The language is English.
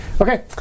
Okay